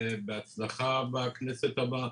בהצלחה בכנסת הבאה.